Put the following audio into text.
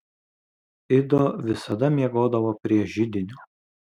ido visada miegodavo prie židinio